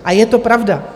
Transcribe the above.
A je to pravda.